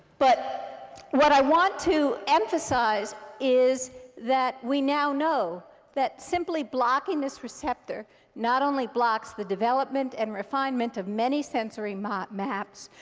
but what i want to emphasize is that we now know that simply blocking this receptor not only blocks the development and refinement of many sensory maps,